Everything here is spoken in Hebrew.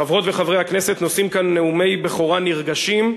חברות וחברי הכנסת נושאים כאן נאומי בכורה נרגשים,